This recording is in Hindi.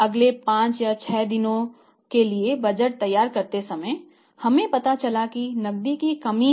अगले 5 या 6 दिनों के लिए बजट तैयार करते समय हमें पता चला कि नकदी की कमी है